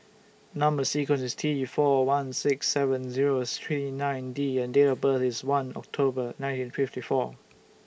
Number sequence IS T four one six seven Zero three nine D and Date of birth IS one October nineteen fifty four